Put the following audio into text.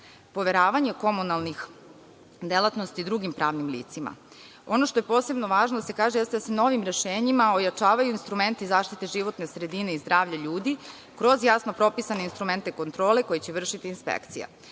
poveravanje komunalnih delatnosti i drugim pravnim licima. Ono što je posebno važno da se kaže da se novim rešenjima ojačavaju instrumenti zaštite životne sredine i zdravlja ljudi kroz jasno propisane instrumente kontrole koji će vršiti inspekcija.